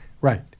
Right